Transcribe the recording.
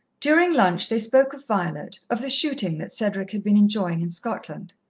during lunch they spoke of violet, of the shooting that cedric had been enjoying in scotland.